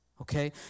okay